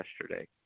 yesterday